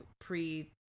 pre